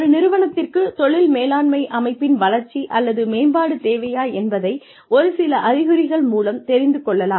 ஒரு நிறுவனத்திற்கு தொழில் மேலாண்மை அமைப்பின் வளர்ச்சி அல்லது மேம்பாடு தேவையா என்பதை ஒரு சில அறிகுறிகள் மூலம் தெரிந்து கொள்ளலாம்